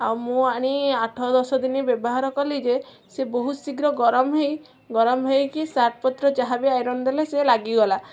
ଆଉ ମୁଁ ଆଣି ଆଠ ଦଶ ଦିନ ବ୍ୟବହାର କଲି ଯେ ସେ ବହୁତ ଶୀଘ୍ର ଗରମ ହେଇ ଗରମ ହେଇକି ସାର୍ଟ ପତ୍ର ଯାହା ବି ଆଇରନ୍ ଦେଲେ ସେ ଲାଗିଗଲା